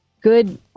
good